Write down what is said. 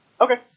Okay